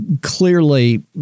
clearly